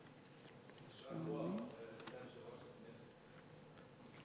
יישר כוח, סגן יושב-ראש הכנסת.